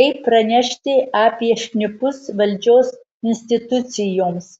kaip pranešti apie šnipus valdžios institucijoms